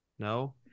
No